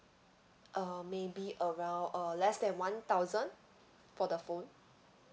uh maybe around uh less than one thousand for the phone